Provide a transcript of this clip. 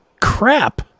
crap